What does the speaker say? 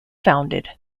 founded